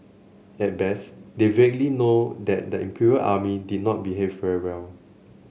at best they vaguely know that the Imperial Army did not behave very well